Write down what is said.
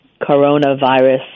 coronavirus